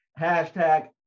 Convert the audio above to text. hashtag